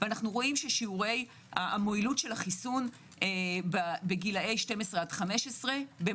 אנו רואים ששיעורי המועילות של החיסון בגילאי 12 עד 15 במהלך